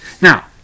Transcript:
Now